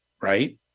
right